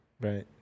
Right